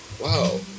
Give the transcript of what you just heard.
Wow